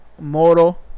moro